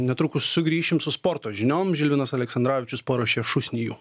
netrukus sugrįšim su sporto žiniom žilvinas aleksandravičius paruošė šūsnį jų